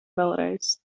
vēlreiz